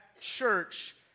church